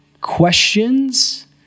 questions